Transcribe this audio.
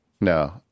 No